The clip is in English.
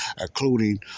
including